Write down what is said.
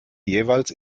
jeweils